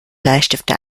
bleistifte